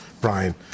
Brian